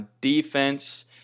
defense